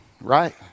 right